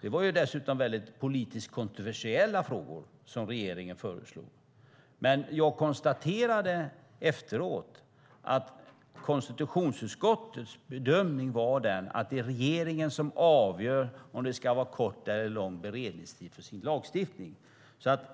Det var dessutom politiskt kontroversiella frågor som regeringen föreslog. Men jag konstaterade efteråt att konstitutionsutskottets bedömning var den att det är regeringen som avgör om det ska vara kort eller lång beredningstid för lagstiftningen.